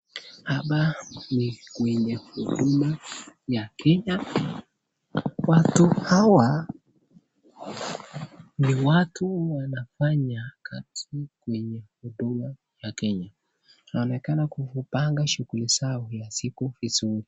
Hapa ni kwenye huduma ya Kenya. Watu hawa ni watu wanafanya kazi kwenye huduma la Kenya. Inaonekana kupanga shuguli zao la siku vizuri.